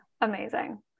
Amazing